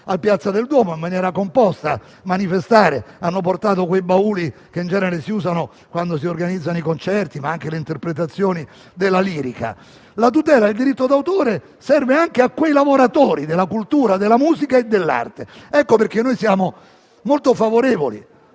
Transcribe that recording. a Piazza del Duomo in maniera composta, portando quei bauli che in genere si usano quando si organizzano i concerti e le interpretazioni liriche. La tutela del diritto d'autore serve anche a quei lavoratori della cultura, della musica e dell'arte. Per questi motivi, siamo molto favorevoli